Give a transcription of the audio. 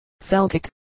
Celtic